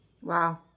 Wow